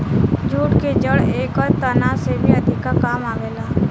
jute के जड़ एकर तना से भी अधिका काम आवेला